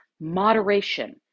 Moderation